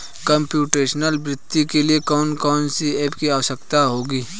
Computational वित्त के लिए कौन कौन सी एप की आवश्यकता होगी?